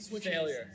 failure